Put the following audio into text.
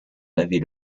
laver